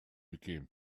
became